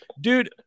dude